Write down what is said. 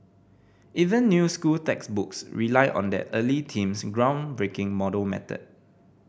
even new school textbooks rely on that early team's groundbreaking model method